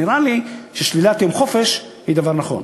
נראה לי ששלילת יום חופש היא דבר נכון.